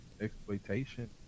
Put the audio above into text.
exploitation